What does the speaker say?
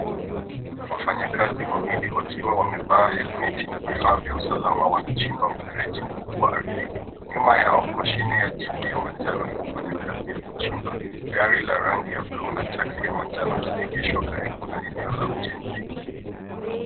Wafanyakazi wawili wakiwa wamevaa helmeti na vifaa vya usalama wanachimba mfereji mkubwa ardhini. Nyuma yao, mashine ya chipi ya manjano inafanya kazi ya kuchimba. Gari la rangi ya bluu na taxi ya manjano zimeegeshwa karibu na eneo la ujenzi.